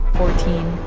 fourteen,